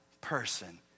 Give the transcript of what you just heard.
person